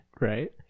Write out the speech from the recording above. Right